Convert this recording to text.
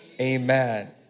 Amen